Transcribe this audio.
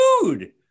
food